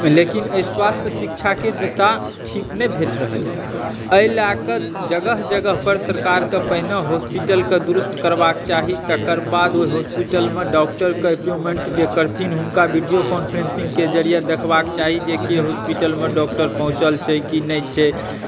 लेकिन एहि स्वास्थ्य शिक्षाके दिशा ठीक नहि भेट रहल यऽ एहि लए कऽ जगह जगह पर सरकारक पहिने हॉस्पिटलक दुरुस्त करबाक चाही तेकर बाद ओहि हॉस्पिटलमे डॉक्टरक पेमेंट जे करथिन हुनका वीडियो कोंफरेन्सिंगके ज़रिए देखबाक चाही जे हॉस्पिटलमे डॉक्टर पहुँचल छै की नहि छै